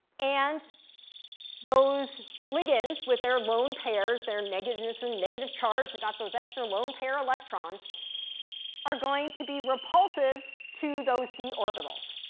and those ligands, with their lone pairs, their negativeness or negative charge they got those extra lone pair electrons are going to be repulsive to those d orbitals.